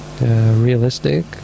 realistic